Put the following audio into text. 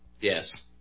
Yes